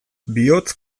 bihotz